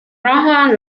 raha